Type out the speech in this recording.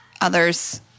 others